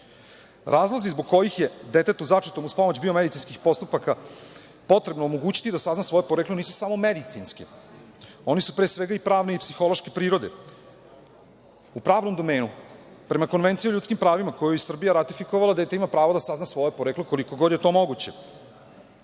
Razlozi zbog kojih je detetu začetom uz pomoć biomedicinskih postupaka potrebno omogućiti da sazna svoje poreklo nisu samo medicinski, oni su pre svega i pravne i psihološke prirode. U pravnom domenu, prema Konvenciji o ljudskim pravima koju je Srbija ratifikovala, dete ima pravo da sazna svoje poreklo koliko god je to moguće.